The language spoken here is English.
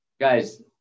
Guys